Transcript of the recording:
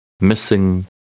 missing